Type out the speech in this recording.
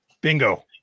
bingo